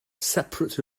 separate